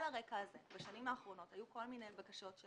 על הרקע הזה היו כל מיני בקשות של